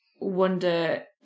wonder